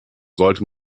sollte